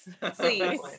Please